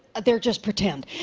but they're just pretend.